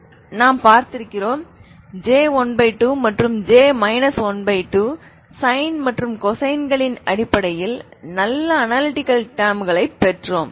நாங்கள் பார்த்திருக்கிறோம் J12மற்றும் J 12 சைன் மற்றும் கொசைன்களின் அடிப்படையில் நல்ல அனலிடிகல் டேர்ம்களைப் பெற்றோம்